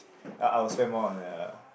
uh I will spend more on ya